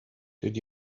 did